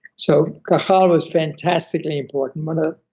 so cajal was fantastically important, one ah